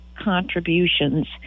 Contributions